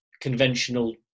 conventional